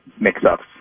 mix-ups